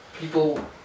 People